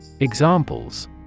Examples